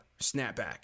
Snapback